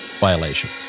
violation